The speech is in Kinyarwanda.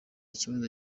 ikibazo